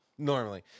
normally